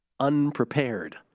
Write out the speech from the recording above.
unprepared